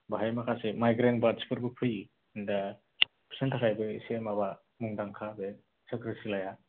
बाहाय माखासे माइग्रेन बार्दसफोरबो फैयो दा फिसिनि थाखायबो एसे माबा मुंदांखा बे सक्रसिलाया